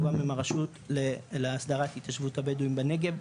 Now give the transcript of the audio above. גם עם הרשות להסדרת התיישבות הבדואים בנגב,